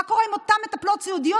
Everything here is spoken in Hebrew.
מה קורה עם אותן מטפלות סיעודיות,